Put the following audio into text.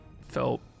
felt